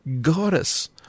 Goddess